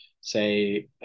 say